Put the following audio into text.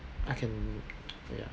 I can ya